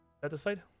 Satisfied